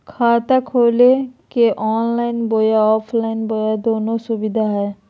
खाता खोले के ऑनलाइन बोया ऑफलाइन बोया दोनो सुविधा है?